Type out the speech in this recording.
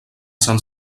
sant